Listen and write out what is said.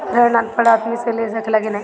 ऋण अनपढ़ आदमी ले सके ला की नाहीं?